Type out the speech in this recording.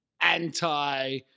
anti-